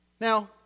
Now